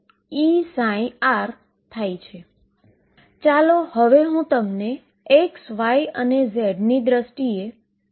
તો ચાલો હવે પહેલા f x થી પ્રયાસ કરીએ